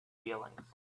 feelings